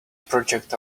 project